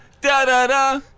da-da-da